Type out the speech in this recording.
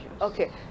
okay